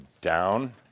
down